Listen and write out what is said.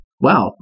wow